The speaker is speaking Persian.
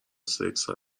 سکس